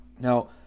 Now